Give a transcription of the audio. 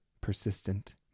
persistent